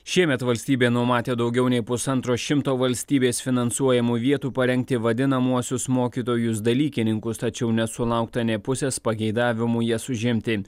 šiemet valstybė numatė daugiau nei pusantro šimto valstybės finansuojamų vietų parengti vadinamuosius mokytojus dalykininkus tačiau nesulaukta nė pusės pageidavimų jas užimti